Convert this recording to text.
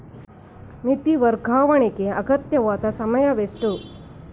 ನಿಧಿ ವರ್ಗಾವಣೆಗೆ ಅಗತ್ಯವಾದ ಸಮಯವೆಷ್ಟು?